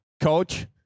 Coach